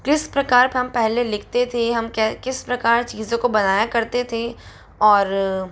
किस प्रकार हम पहले लिखते थे हम के किस प्रकार चीज़ों को बनाया करते थे और